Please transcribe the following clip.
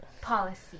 policy